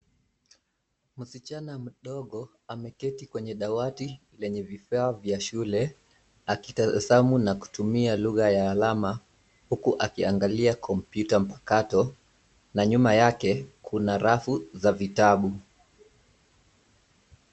Msichana mdogo ameketi kwenye dawati lenye vifaa vya shule, akitabasamu na kutumia lugha ya alama huku akiangalia kompyuta mpakato na nyuma yake kuna rafu za vitabu.